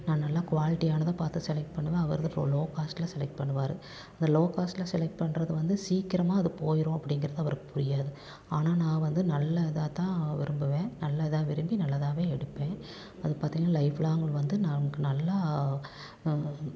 நான் நல்லா குவாலிட்டியானதை பார்த்து செலக்ட் பண்ணுவேன் அவர் வந்து லோ காஸ்ட்டில் செலக்ட் பண்ணுவாரு அந்த லோ காஸ்ட்டில் செலக்ட் பண்ணுறது வந்து சீக்கிரமாக அது போயிடும் அப்படிங்கிறது அவருக்கு புரியாது ஆனால் நான் வந்து நல்ல இதாக தான் விரும்புவேன் நல்லதாக விரும்பி நல்லதாவே எடுப்பேன் அது பார்த்தீங்கன்னா லைஃப் லாங் வந்து நமக்கு நல்லா